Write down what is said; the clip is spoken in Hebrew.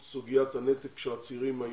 שכמובן תציג את התורה שלה שעתידה להיות בשנים הבאות,